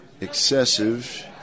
excessive